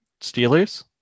Steelers